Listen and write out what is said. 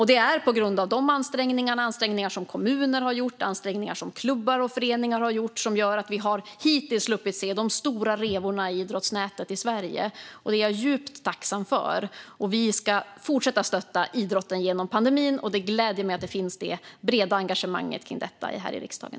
Det är de ansträngningar som kommuner, klubbar och föreningar har gjort som gör att vi hittills har sluppit se de stora revorna i idrottsnätet i Sverige, och det är jag djupt tacksam för. Vi ska fortsätta att stötta idrotten genom pandemin, och det gläder mig att det finns ett brett engagemang för detta också här i riksdagen.